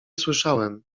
słyszałem